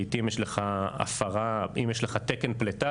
לעיתים יש לך הפרה, אם יש לך תקן פליטה.